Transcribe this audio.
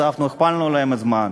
הכפלנו להם זמן,